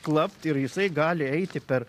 klapt ir jisai gali eiti per